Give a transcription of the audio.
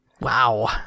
Wow